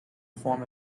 form